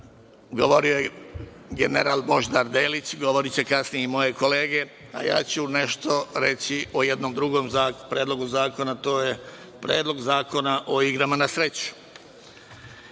govorio je general Božidar Delić, govoriće kasnije i moje kolege, a ja ću nešto reći o jednom drugom Predlogu zakona, a to je Predlog zakona o igrana na sreću. Minuli